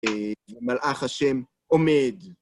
מלאך השם עומד.